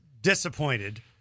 disappointed